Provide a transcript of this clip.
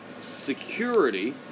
security